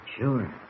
Sure